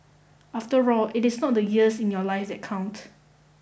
after all it is not the years in your life that count